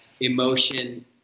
emotion